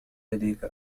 لديك